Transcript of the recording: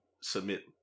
submit